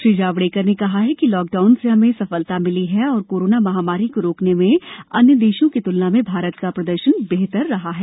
श्री जावडेकर ने कहा कि लॉकडाउन से हमें सफलता मिली है और कोरोना महामारी को रोकने में अन्य देशों की तुलना में भारत का प्रदर्शन बेहतर रहा है